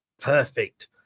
Perfect